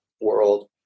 world